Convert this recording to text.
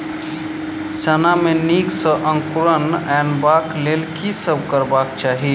चना मे नीक सँ अंकुर अनेबाक लेल की सब करबाक चाहि?